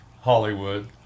Hollywood